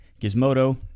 Gizmodo